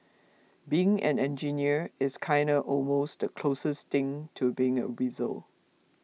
being an engineer is kinda almost the closest thing to being a wizard